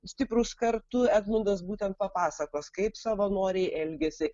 stiprūs kartu edmundas būtent papasakos kaip savanoriai elgiasi